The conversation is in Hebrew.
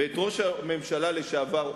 ואת ראש הממשלה לשעבר אולמרט,